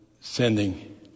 sending